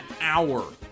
hour